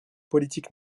politique